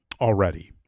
already